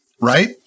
right